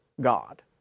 God